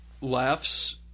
laughs